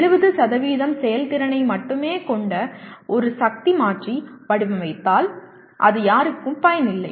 70 செயல்திறனை மட்டுமே கொண்ட ஒரு சக்தி மாற்றி வடிவமைத்தால் அது யாருக்கும் பயனில்லை